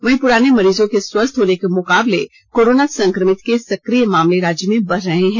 वहीं पुराने मरीजों के स्वस्थ होने के मुकाबले कोरोना संक्रमित के सक्रिय मामले राज्य में बढ़ रहे हैं